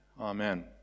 Amen